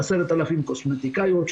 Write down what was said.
10,000 קוסמטיקאיות,